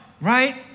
right